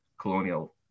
colonial